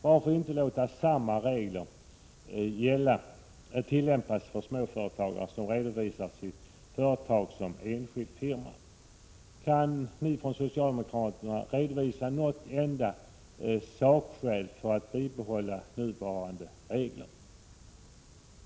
Varför inte låta samma regel tillämpas för småföretagare som redovisar sitt företag som enskild firma? Kan ni från socialdemokraterna redovisa något enda sakskäl för att bibehålla nuvarande regler?